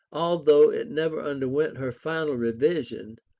although it never underwent her final revision,